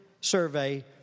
survey